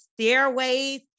stairways